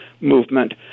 movement